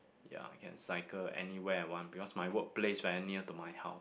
ya I can cycle anywhere I want because my workplace very near to my house